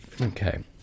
Okay